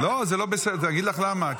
--- אני אגיד לך למה,